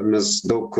mes daug